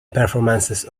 performances